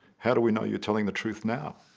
how do we know you're telling the truth now?